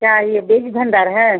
क्या ये बीज भंडार है